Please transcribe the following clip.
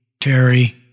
Terry